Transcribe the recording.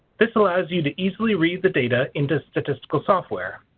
this allows you to easily read the data into statistical software.